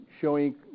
showing